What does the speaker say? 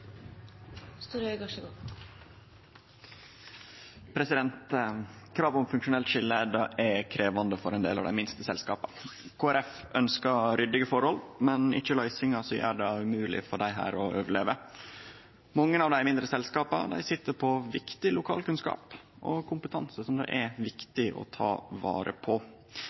krevjande for ein del av dei minste selskapa. Kristeleg Folkeparti ønskjer ryddige forhold, men ikkje løysingar som gjer det umogleg for desse å overleve. Mange av dei mindre selskapa sit på viktig lokal kunnskap og kompetanse som det er viktig å ta vare på.